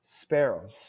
sparrows